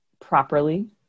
properly